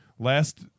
Last